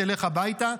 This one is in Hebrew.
תלך הביתה.